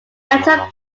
metal